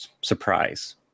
surprise